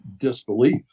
disbelief